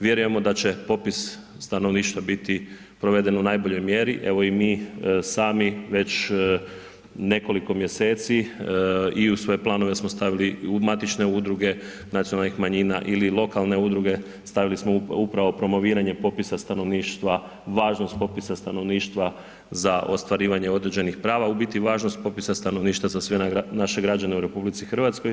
Vjerujemo da će popis stanovništva biti proveden u najboljoj mjeri, evo i mi sami već nekoliko mjeseci i u svoje planove smo stavili matične udruge nacionalnih manjina ili lokalne udruge, stavili smo upravo promoviranje popisa stanovništva, važnost popisa stanovništva za ostvarivanje određenih prava u biti važnost popisa stanovništva za sve naše građane u RH.